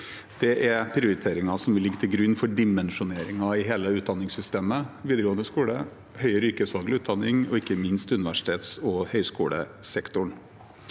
Det er prioriteringer som vil ligge til grunn for dimensjoneringen i hele utdanningssystemet: videregående skole, høyere yrkesfaglig utdanning og ikke minst universitets- og høyskolesektoren.